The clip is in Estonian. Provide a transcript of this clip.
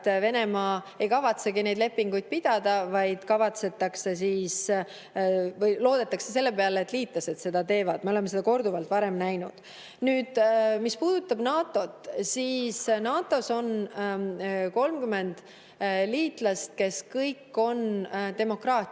et Venemaa ei kavatsegi neid lepinguid pidada, vaid loodetakse selle peale, et liitlased seda teevad. Me oleme seda korduvalt varem näinud. Mis puudutab NATO-t, siis NATO-s on 30 liitlast, kes kõik on demokraatiad.